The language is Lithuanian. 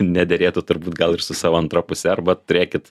nederėtų turbūt gal ir su savo antra puse arba turėkit